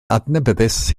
adnabyddus